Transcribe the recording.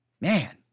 man